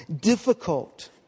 difficult